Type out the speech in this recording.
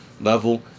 level